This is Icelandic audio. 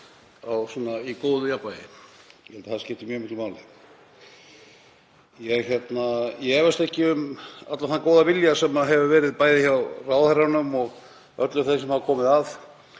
mál hér í góðu jafnvægi, ég held að það skipti mjög miklu máli. Ég efast ekki um allan þann góða vilja sem verið hefur bæði hjá ráðherranum og öllum þeim sem hafa komið að